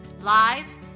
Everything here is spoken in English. live